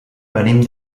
venim